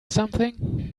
something